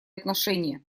отношения